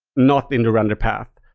not in the render path?